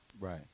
Right